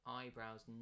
eyebrows